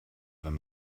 wenn